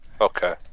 Okay